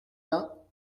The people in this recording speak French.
vingts